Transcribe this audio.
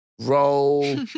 roll